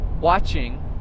watching